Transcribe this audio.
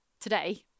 today